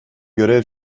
görev